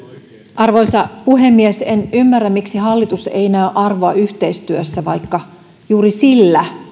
arvoisa puhemies en ymmärrä miksi hallitus ei näe arvoa yhteistyössä vaikka juuri sillä